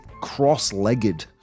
cross-legged